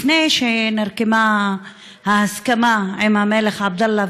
לפני שנרקמה ההסכמה עם המלך עבדאללה,